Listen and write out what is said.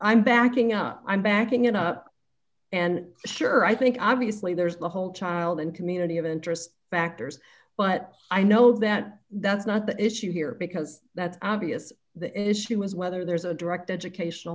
i'm backing up i'm backing it up and sure i think obviously there's the whole child and community of interest factors but i know that that's not the issue here because that's obvious the issue is whether there's a direct educational